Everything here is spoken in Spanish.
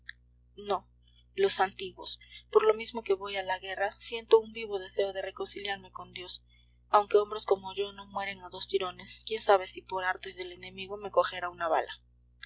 no los antiguos por lo mismo que voy a la guerra siento un vivo deseo de reconciliarme con dios aunque hombres como yo no mueren a dos tirones quién sabe si por artes del enemigo me cogerá una bala